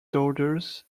daughters